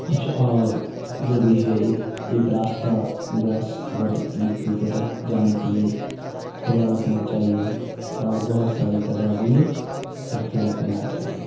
کچھ اور جو بھی ہے ایک ایک راستہ گیس اگر لیک ہوئی تو تک جانے کے لیے کھلا رکھنا چاہیے اور بہت ساری تدابیر اختیار کرنا چاہیے